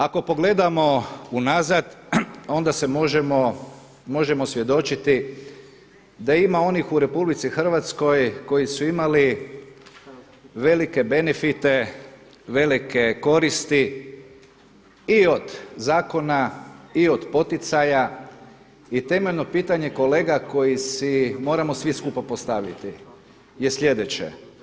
Ako pogledamo unazad onda se možemo, možemo svjedočiti da ima onih u RH koji su imali velike benefite, velike koristi i od zakona i od poticaja i temeljeno pitanje kolega koji si moramo svi skupa postaviti je sljedeće.